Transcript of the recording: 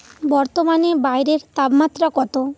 বর্তমানে বাইরের তাপমাত্রা কতো